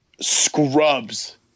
scrubs